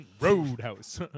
Roadhouse